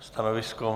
Stanovisko?